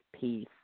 peace